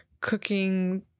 cooking